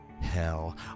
Hell